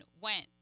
went